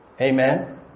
Amen